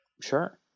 Sure